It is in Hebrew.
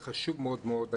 חשוב מאוד מאוד.